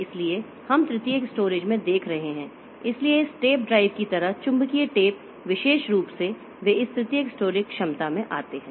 इसलिए हम तृतीयक स्टोरेज में देख रहे हैं इसलिए इस टेप ड्राइव की तरह चुंबकीय टेप विशेष रूप से वे इस तृतीयक स्टोरेज क्षमता में आते हैं